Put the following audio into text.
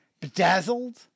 bedazzled